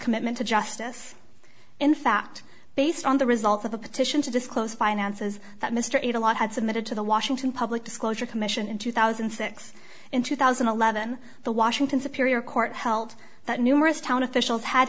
commitment to justice in fact based on the result of the petition to disclose finances that mr it a lot had submitted to the washington public disclosure commission in two thousand and six in two thousand and eleven the washington superior court held that numerous town officials had